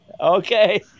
Okay